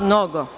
Mnogo.